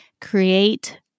create